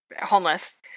homeless